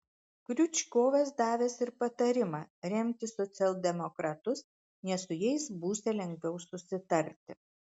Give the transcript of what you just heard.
kriučkovas davęs ir patarimą remti socialdemokratus nes su jais būsią lengviau susitarti